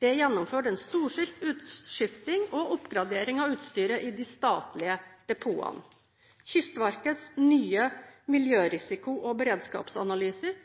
Det er gjennomført en storstilt utskifting og oppgradering av utstyret i de statlige depotene. Kystverkets nye miljørisiko- og beredskapsanalyse